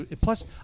Plus